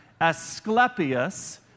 Asclepius